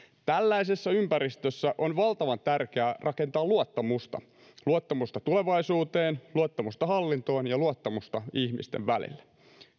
tällaisessa ympäristössä on valtavan tärkeää rakentaa luottamusta luottamusta tulevaisuuteen luottamusta hallintoon ja luottamusta ihmisten välille